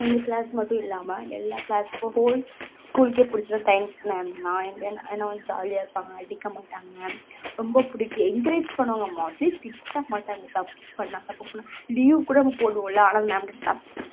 எங்கள் கிளாஸ் மட்டும் இல்லாமல் எல்லா கிளாஸ்க்கும் ஹோல் ஸ்கூலுக்கே பிடிச்சதுன்னா சயின்ஸ் மேம் தான் ஏன்னா ஏன்னா வந்து ஜாலியாக இருப்பாங்கள் அடிக்கமாட்டாங்கள் ரொம்ப பிடிக்கும் என்கிரேஜ் பண்ணுவாங்கள் மோஸ்ட்லி திட்டமாட்டாங்கள் தப்பு பண்ணால் தப்பு பண்ணால் லீவு கூட நம்ம போடுவோம்ல ஆனால் அந்த மேம்ட தப்